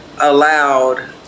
Allowed